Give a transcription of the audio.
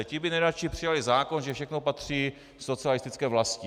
Ti by nejraději přijali zákon, že všechno patří socialistické vlasti.